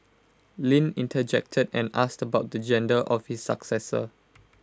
Lin interjected and asked about the gender of his successor